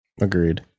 Agreed